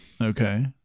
Okay